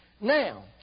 Now